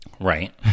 Right